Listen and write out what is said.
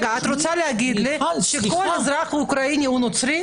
את רוצה להגיד לי שכל אזרח אוקראיני הוא נוצרי?